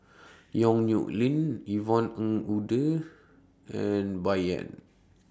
Yong Nyuk Lin Yvonne Ng Uhde and Bai Yan